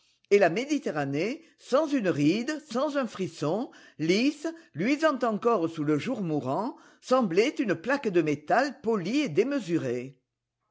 et la méditerranée sans une ride sans un frisson lisse luisante encore sous le jour mourant semblait une plaque de métal polie et démesurée